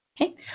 Okay